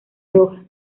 roja